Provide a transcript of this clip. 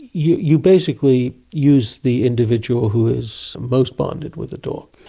you you basically use the individual who is most bonded with the dog.